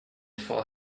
four